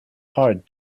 hard